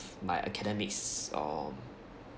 my academics or